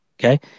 Okay